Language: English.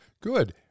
Good